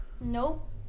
Nope